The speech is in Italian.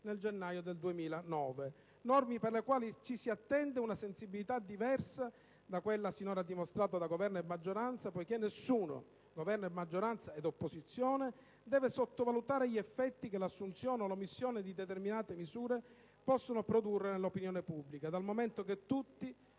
nel gennaio 2009. Norme per le quali ci si attende una sensibilità diversa da quella sinora dimostrata da Governo e maggioranza poiché nessuno - Governo, maggioranza ed opposizione - deve sottovalutare gli effetti che l'assunzione o l'omissione di determinate misure possono produrre nell'opinione pubblica, dal momento che tutti